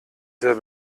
sehr